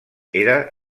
era